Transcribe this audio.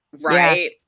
right